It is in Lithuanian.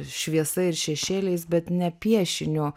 šviesa ir šešėliais bet ne piešiniu